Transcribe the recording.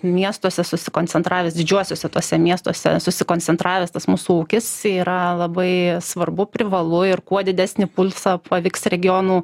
miestuose susikoncentravęs didžiuosiuose tuose miestuose susikoncentravęs tas mūsų ūkis yra labai svarbu privalu ir kuo didesnį pulsą pavyks regionų